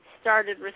started